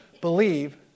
believe